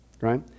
right